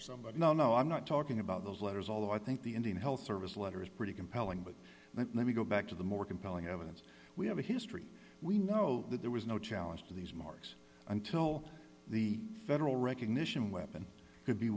some but no no i'm not talking about those letters although i think the indian health service letter is pretty compelling but let me go back to the more compelling evidence we have a history we know that there was no challenge to these marks until the federal recognition weapon